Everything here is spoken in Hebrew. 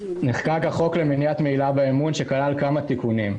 -- נחקק החוק למניעת מעילה באמון שכלל כמה תיקונים.